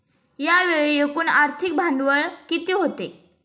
यावेळी एकूण आर्थिक भांडवल किती होते?